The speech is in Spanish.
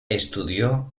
estudió